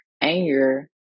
anger